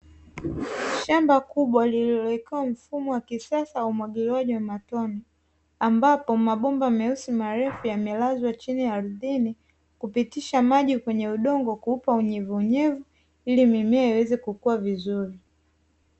Shamba kubwa lililowekewa mfumo wa kisasa wa umwagiliwaji wa matone, ambapo mabomba meusi marefu yamelazwa chini ardhini hupitisha maji kwenye udongo kuupa unyevunyevu, ili mimea iweze kukua vizuri.